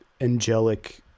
angelic